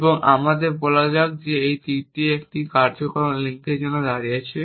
এবং আমাদের বলা যাক এই তীরটি একটি কার্যকারণ লিঙ্কের জন্য দাঁড়িয়েছে